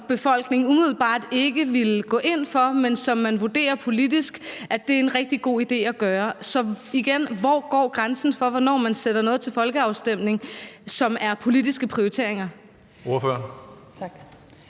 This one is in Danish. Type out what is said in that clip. som befolkningen umiddelbart ikke ville gå ind for, men som man vurderer politisk er en rigtig god idé at gøre? Så igen vil jeg spørge: Hvor går grænsen for, hvornår man sætter noget til folkeafstemning, som er politiske prioriteringer?